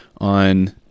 on